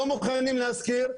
לא מוכנים להשכיר,